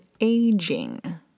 aging